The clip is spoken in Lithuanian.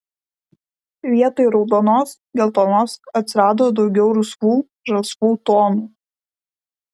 vietoj raudonos geltonos atsirado daugiau rusvų žalsvų tonų